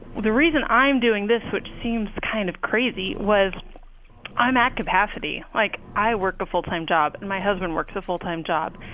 the reason i'm doing this, which seems kind of crazy, was i'm at capacity. like, i work a full-time job. and my husband works a full-time job.